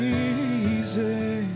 easy